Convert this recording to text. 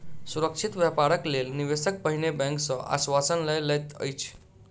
सुरक्षित व्यापारक लेल निवेशक पहिने बैंक सॅ आश्वासन लय लैत अछि